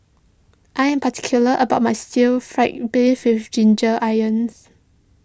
I am particular about my Stir Fried Beef with Ginger Onions